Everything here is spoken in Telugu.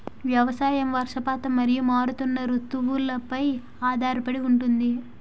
వ్యవసాయం వర్షపాతం మరియు మారుతున్న రుతువులపై ఆధారపడి ఉంటుంది